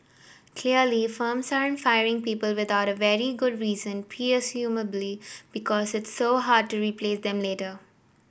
clearly firms aren't firing people without a very good reason presumably because it's so hard to replace them later